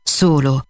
solo